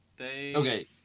Okay